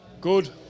Good